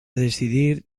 decidir